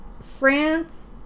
France